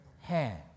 hand